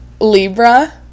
libra